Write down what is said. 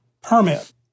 permit